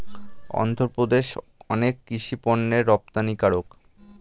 অন্ধ্রপ্রদেশ অনেক কৃষি পণ্যের রপ্তানিকারক